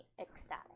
ecstatic